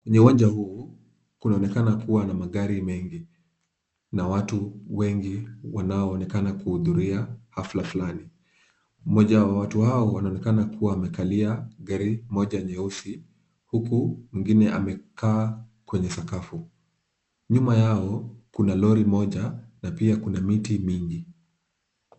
Kwenye uwanja huu, kunaonekana kuwa na magari mengi na watu wengi wanaoonekana kuhudhuria hafla fulani. Mmoja wa watu hao anaonekana kuwa amekalia gari moja jeusi huku mwengine amevaa kwenye sakafu. Nyuma yao kuna lori moja na pia kuna miti mingi.